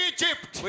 Egypt